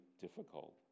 difficult